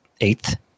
Eighth